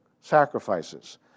sacrifices